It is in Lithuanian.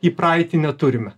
į praeitį neturime